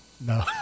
No